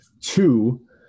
Two